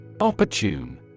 Opportune